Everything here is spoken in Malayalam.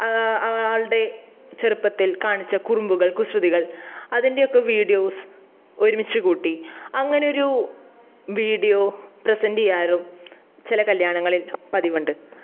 ആളുടെ ചെറുപ്പത്തിൽ കാണിച്ച കുറുമ്പുകൾ കുസൃതികൾ അതിൻറ്റെയൊക്കെ വീഡിയോസ് ഒരുമിച്ച് കൂട്ടി അങ്ങനെയൊരു വീഡിയോ പ്രസൻറ്റ് ചെയ്യാറും ചില കല്യാണങ്ങളിൽ പതിവുണ്ട്